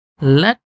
let